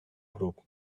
group